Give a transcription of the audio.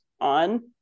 On